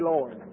Lord